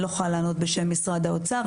אני לא יכולה לענות בשם משרד האוצר.